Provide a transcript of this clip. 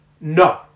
No